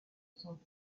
son